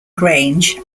grange